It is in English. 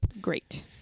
great